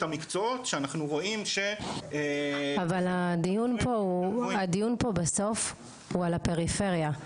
המקצועות שאנחנו רואים ש- -- אבל הדיון פה בסוף הוא על הפריפריה,